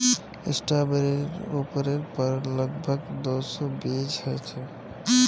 स्ट्रॉबेरीर उपरेर पर लग भग दो सौ बीज ह छे